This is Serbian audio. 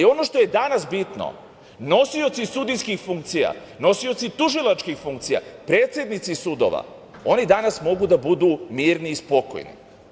Ono što je danas bitno, nosioci sudijskih funkcija, nosioci tužilačkih funkcija, predsednici sudova, oni danas mogu da budu mirni i spokojni.